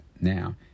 now